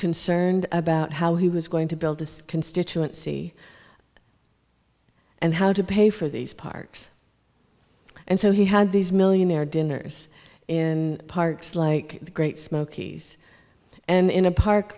concerned about how he was going to build this constituency and how to pay for these parks and so he had these millionaire dinners in parks like the great smoky s and in a park